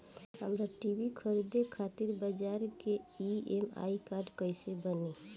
हमरा टी.वी खरीदे खातिर बज़ाज़ के ई.एम.आई कार्ड कईसे बनी?